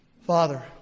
Father